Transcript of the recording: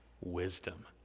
wisdom